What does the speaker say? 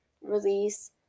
release